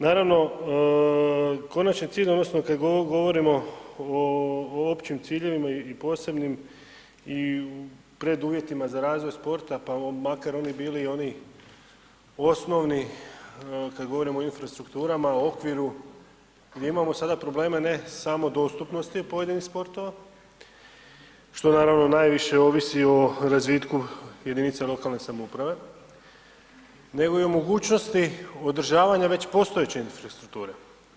Naravno, konačni cilj odnosno kad govorimo o općim ciljevima i posebnim i preduvjetima za razvoj sport, pa makar oni bili i oni osnovni kad govorimo o infrastrukturama, okviru, gdje imamo sada probleme ne samo dostupnosti pojedinih sportova što naravno najviše ovisi o razvitku jedinica lokalne samouprave, nego i o mogućnosti održavanja već postojeće infrastrukture.